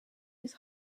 his